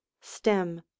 Stem